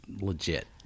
legit